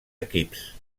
equips